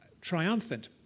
triumphant